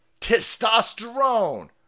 testosterone